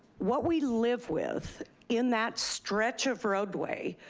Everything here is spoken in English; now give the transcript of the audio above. what we live with in that stretch of roadway,